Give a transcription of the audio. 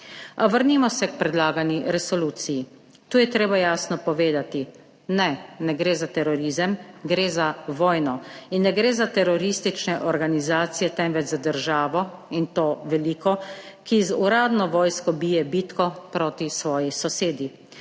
vrnimo se k predlagani resoluciji. Tu je treba jasno povedati, ne, ne gre za terorizem, gre za vojno in ne gre za teroristične organizacije, temveč za državo, in to veliko, ki z uradno vojsko bije bitko proti svoji sosedi.